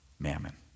mammon